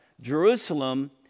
Jerusalem